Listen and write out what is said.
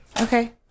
Okay